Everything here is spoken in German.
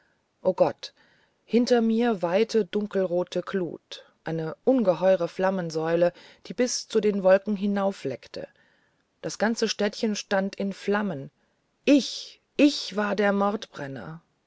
o gott hinter mir weite dunkelrote glut eine ungeheure flammensäule die bis zu den wolken hinaufleckte das ganze städtchen stand in flammen ich ich war der